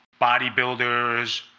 bodybuilders